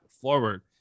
forward